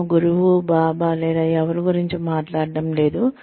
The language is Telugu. నేను గురువు బాబా లేదా ఎవరి గురించి మాట్లాడటం లేదు